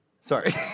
Sorry